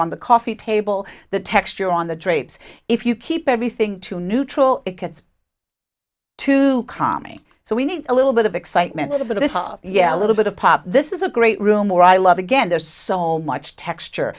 on the coffee table the texture on the drapes if you keep everything to neutral it gets to coming so we need a little bit of excitement a bit of yeah a little bit of pop this is a great room or i love again there's so much texture